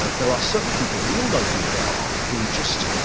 ah there are certain people and we all know who they are, who just,